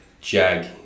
Jag